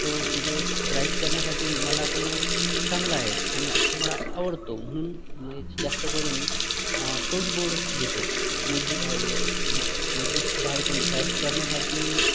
तो म्हणजे राईट करण्यासाठी मला तो चांगला आहे आणि तो मला आवडतो म्हणून मी जास्त करून तोच बोर्ड घेतो मजबूत आहे म्हणजे मजबूत सुध्दा आहे पण राईट करण्यासाठी